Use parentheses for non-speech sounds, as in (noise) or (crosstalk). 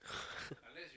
(laughs)